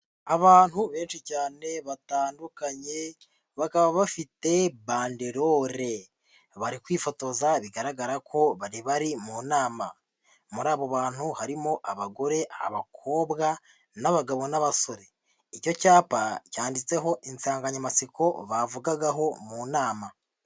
Abantu benshi cyane batandukanye bakaba bafite banderore, bari kwifotoza bigaragara ko bari mu nama, muri abo bantu harimo: abagore, abakobwa, n'abagabo n'abasore. Icyo cyapa cyanditseho insanganyamatsiko bavugagaho mu nama.